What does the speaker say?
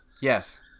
Yes